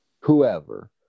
whoever